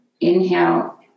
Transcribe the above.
Inhale